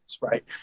right